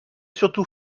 surtout